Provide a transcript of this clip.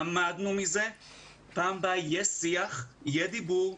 למדנו מזה ובפעם הבאה יהיה שיח של אמון".